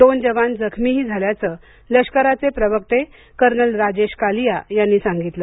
दोन जवान जखमीही झाल्याचंलष्कराचे प्रवक्ते कर्नल राजेश कालिया यांनी सांगितलं